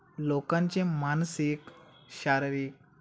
लोकांचे मानसिक शारीरिक